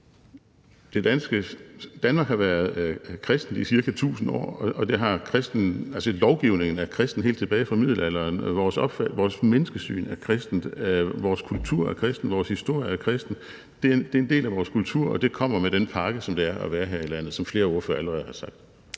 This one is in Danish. Danmark har været kristent i ca. 1.000 år, og lovgivningen er kristen helt tilbage fra middelalderen. Vores menneskesyn er kristent, vores kultur er kristen og vores historie er kristen. Det er en del af vores kultur, og det kommer med den pakke, som det er at være her i landet, som flere ordførere allerede har sagt.